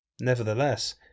Nevertheless